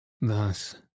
Thus